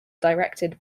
directed